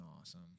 awesome